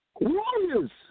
Warriors